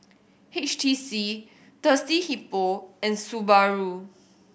H T C Thirsty Hippo and Subaru